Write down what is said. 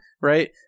right